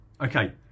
Okay